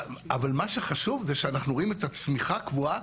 מה שחשוב זה שאנחנו רואים את הצמיחה קבועה,